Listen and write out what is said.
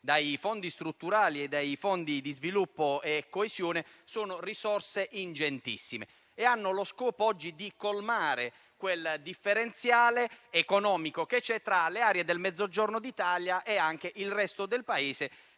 dai fondi strutturali e dai fondi di sviluppo e coesione, sono ingentissime e hanno lo scopo, oggi, di colmare quel differenziale economico che c'è tra le aree del Mezzogiorno d'Italia e anche il resto del Paese,